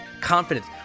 confidence